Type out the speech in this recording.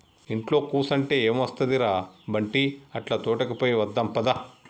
ఇంట్లో కుసంటే ఎం ఒస్తది ర బంటీ, అట్లా తోటకి పోయి వద్దాం పద